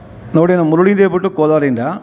ನೋಡಿ ನಾನು ಮುರುಳಿ ಅಂತ ಹೇಳಿಬಿಟ್ಟು ಕೋಲಾರದಿಂದ